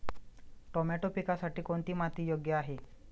Tomato पिकासाठी कोणती माती योग्य आहे?